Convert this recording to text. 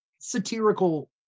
satirical